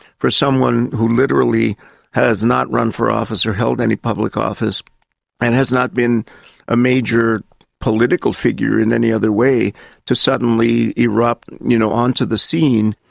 for someone who literally has not run for office or held any public office and has not been a major political figure in any other way to suddenly erupt you know onto the scene.